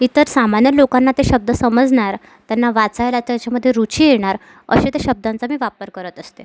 इतर सामान्य लोकांना ते शब्द समजणार त्यांना वाचायला त्याच्यामध्ये रुची येणार असे ते शब्दांचा मी वापर करत असते